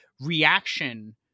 reaction